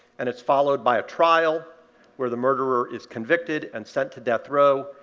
and it's followed by a trial where the murderer is convicted and sent to death row,